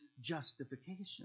justification